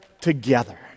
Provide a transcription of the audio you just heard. together